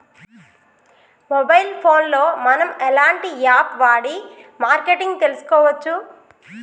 Mobile phone లో మనం ఎలాంటి యాప్ వాడి మార్కెటింగ్ తెలుసుకోవచ్చు?